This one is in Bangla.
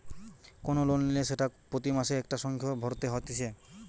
কোন লোন নিলে সেটা প্রতি মাসে একটা সংখ্যা ভরতে হতিছে